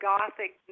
Gothic